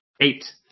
Eight